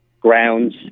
grounds